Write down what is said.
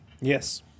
Yes